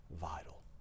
vital